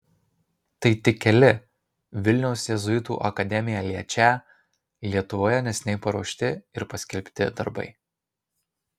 tai tik keli vilniaus jėzuitų akademiją liečią lietuvoje neseniai paruošti ir paskelbti darbai